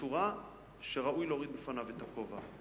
בצורה שראוי להוריד בפניו את הכובע.